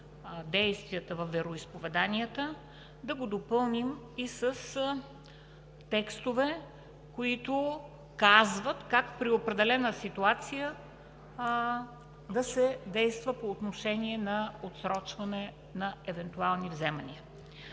действията във вероизповеданията, да го допълним и с текстове, които казват как при определена ситуация да се действа по отношение на отсрочване на евентуални вземания.